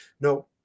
no